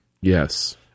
Yes